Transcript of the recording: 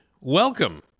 Welcome